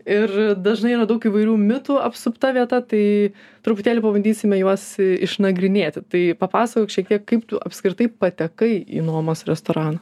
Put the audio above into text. ir dažnai yra daug įvairių mitų apsupta vieta tai truputėlį pabandysime juos išnagrinėti tai papasakok šiek tiek kaip tu apskritai patekai į nuomos restoraną